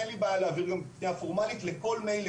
אין לי בעיה להעביר גם פניה פורמלית לכל מייל,